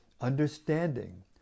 Understanding